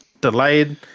delayed